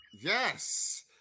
Yes